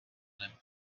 him